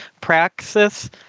praxis